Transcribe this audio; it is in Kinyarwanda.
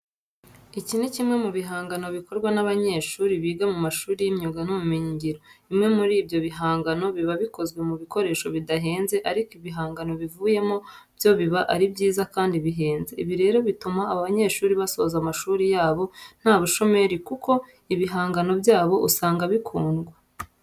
Iki ni kimwe mu bihangano bikorwa n'abanyeshuri biga mu mashuri y'imyuga n'ibumenyingiro. Bimwe muri ibyo bihangano biba bikozwe mu bikoresho bidahenze ariko ibihangano bivuyemo byo biba ari byiza kandi bihenze. Ibi rero bituma aba banyeshuri basoza amashuri yabo nta bushomeri kuko ibihangano byabo usanga bikundwa.